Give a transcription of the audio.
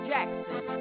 Jackson